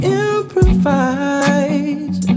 improvise